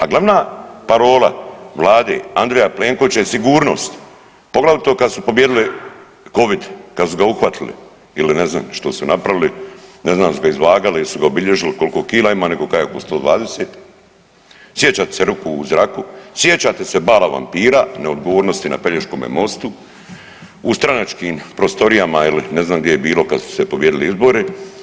A glavna parola vlade Andreja Plenkovića je sigurnost, poglavito kad su pobijedili Covid, kad su ga uhvatili ili ne znam što su napravili, ne znam jesu li ga izvagali, jesu li ga obilježili, koliko kila ima, neko kaže oko 120, sjećate se ruku u zraku, sjećate se bala vampira, neodgovornosti na Pelješkome mostu, u stranačkim prostorijama ili ne znam gdje je bilo kad su se pobijedili izbori.